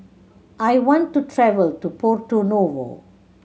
I want to travel to Porto Novo